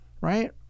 right